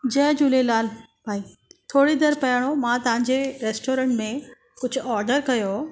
जय झूलेलाल भाई थोरी देरि पहिरियों मां तव्हांजे रेस्टोरेंट में कुझु ऑडर कयो